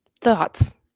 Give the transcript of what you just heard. Thoughts